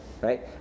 right